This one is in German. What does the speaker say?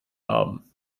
haben